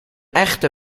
echte